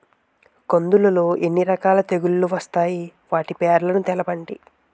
కందులు లో ఎన్ని రకాల తెగులు వస్తాయి? వాటి పేర్లను తెలపండి?